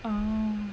oh